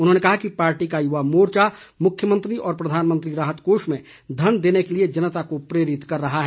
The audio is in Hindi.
उन्होंने कहा कि पार्टी का युवा मोर्चा मुख्यमंत्री व प्रधानमंत्री राहत कोष में धन देने के लिए जनता को प्रेरित कर रहा है